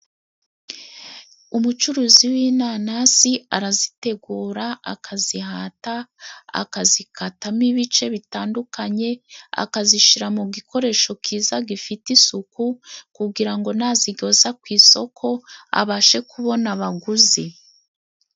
Umucuruzi w'inanasi arazitegura akazihata akazikatamo ibice bitandukanye, akazishyira mu gikoresho kiyiza gifite isuku, kugira ngo nazigoza ku isoko abashe kubona abaguzi.